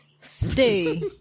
Stay